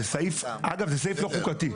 זה סעיף לא חוקתי.